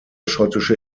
schottische